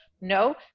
No